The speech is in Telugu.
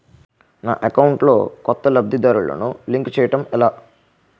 నా అకౌంట్ లో కొత్త లబ్ధిదారులను లింక్ చేయటం ఎలా?